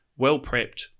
well-prepped